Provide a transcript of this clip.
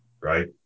Right